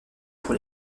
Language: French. pour